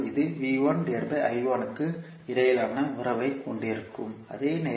இது க்கு இடையிலான உறவைக் கொண்டிருக்கும் அதே நேரத்தில்